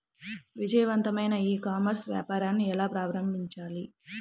విజయవంతమైన e commerce వ్యాపారాన్ని ఎలా ప్రారంభించాలి?